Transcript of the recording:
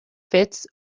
fits